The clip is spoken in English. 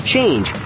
Change